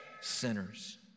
sinners